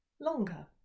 longer